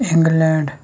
England